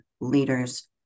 leaders